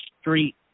Street